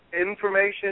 information